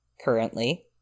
currently